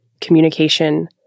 communication